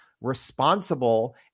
responsible